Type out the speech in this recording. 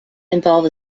involve